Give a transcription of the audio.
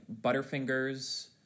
Butterfingers